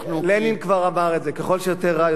לנין כבר אמר את זה: ככל שיותר רע,